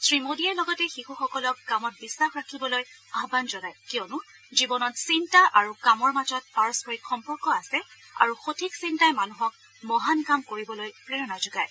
শ্ৰীমোদীয়ে লগতে শিশুসকলক কামত বিশ্বাস ৰাখিবলৈ আহান জনায় কিয়নো জীৱনত চিন্তা আৰু কামৰ মাজত পাৰস্পৰিক সম্পৰ্ক আছে আৰু সঠিক চিন্তাই মানুহক মহান কাম কৰিবলৈ প্ৰেৰণা যোগায়